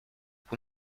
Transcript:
vous